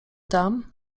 tam